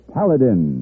Paladin